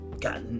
Got